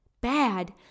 Bad